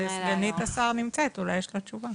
סגנית השר נמצאת, אולי יש לה תשובה.